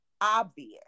obvious